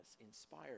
inspired